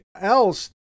else